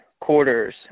quarters